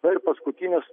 na ir paskutinis